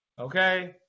Okay